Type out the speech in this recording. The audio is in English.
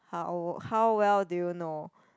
how how well do you know